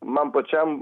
man pačiam